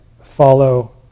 follow